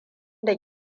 da